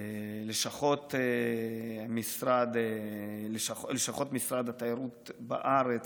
לשכות משרד התיירות בארץ: